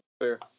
fair